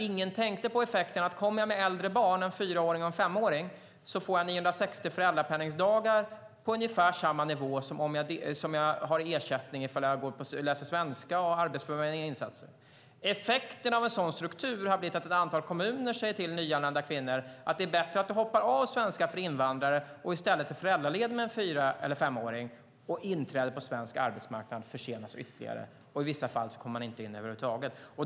Ingen tänkte på effekten att om man kommer med äldre barn, en fyraåring och en femåring, får man 960 föräldrapenningsdagar på ungefär samma nivå som den ersättning man får om man går och läser svenska eller deltar i Arbetsförmedlingens insatser. Effekten av en sådan struktur har blivit att ett antal kommuner säger till nyanlända kvinnor: Det är bättre att du hoppar av svenska för invandrare och i stället är föräldraledig med en fyra eller femåring. Inträdet på svensk arbetsmarknad försenas då ytterligare, och i vissa fall kommer man inte in över huvud taget.